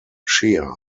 shea